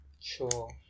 Sure